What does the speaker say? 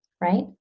Right